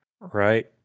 Right